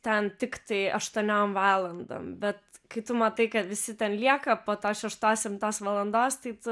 ten tiktai aštuoniom valandom bet kai tu matai kad visi ten lieka po tos šeštos septintos valandos tai tu